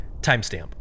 timestamp